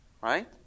right